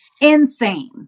insane